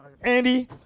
Andy